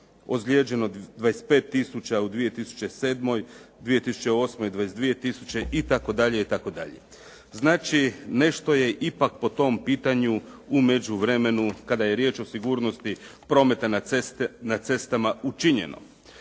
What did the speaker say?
ozlijeđeno 25 tisuća u 2007., u 2008. 22 tisuće itd., itd. Znači, nešto je ipak po tom pitanju u međuvremenu kada je riječ o sigurnosti prometa na cestama učinjeno.